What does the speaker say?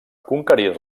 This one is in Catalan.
conquerir